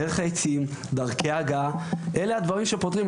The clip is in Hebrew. דרך היציעים, דרכי ההגעה, אלה הדברים שפותרים.